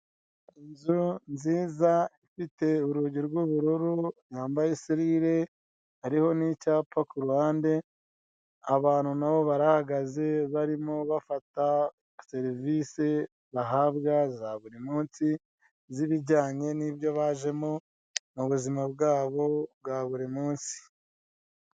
Inzu nziza ifite urugi rw'ubururu yambaye iserire hariho n'icyapa kuruhande, abantu nabo barahahagaze barimo bafata serivise bahabwa za buri munsi z'ibijyanye n'ibyo bajemo mu buzima bwabo bwa buri munsi.